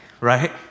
right